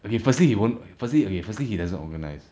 okay firstly he won't firstly okay firstly he doesn't organize